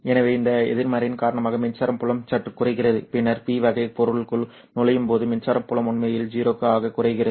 எனவே இந்த எதிர்மறையின் காரணமாக மின்சார புலம் சற்று குறைகிறது பின்னர் p வகை பொருளுக்குள் நுழையும் போது மின்சார புலம் உண்மையில் 0 ஆக குறைகிறது